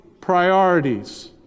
priorities